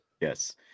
yes